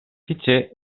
fitxer